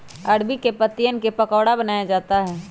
अरबी के पत्तिवन क पकोड़ा बनाया जाता है